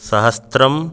सहस्रम्